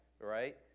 right